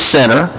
Center